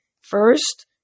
First